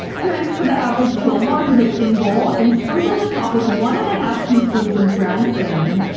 transfer the apples to a large mixing bowl and sprinkle the top with one and a half teaspoons of ground cinnamon.